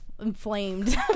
inflamed